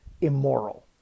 immoral